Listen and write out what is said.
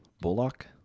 Bullock